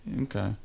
Okay